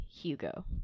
Hugo